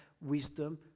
wisdom